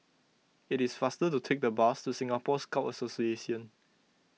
it is faster to take the bus to Singapore Scout Association